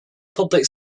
public